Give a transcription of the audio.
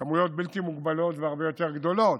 כמויות בלתי מוגבלות והרבה יותר גדולות,